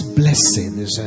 blessings